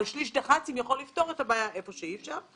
שליש דח"צים יכול לפתור את הבעיה איפה שאי אפשר.